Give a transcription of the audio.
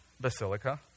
Basilica